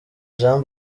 jean